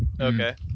Okay